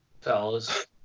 fellas